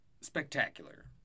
spectacular